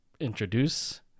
introduce